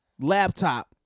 laptop